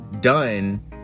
done